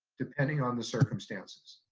depending on the circumstances.